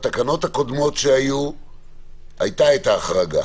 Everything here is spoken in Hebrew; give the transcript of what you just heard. בתקנות הקודמות שהיו הייתה את ההחרגה.